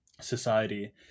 society